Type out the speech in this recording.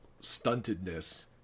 stuntedness